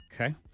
Okay